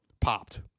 popped